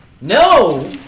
No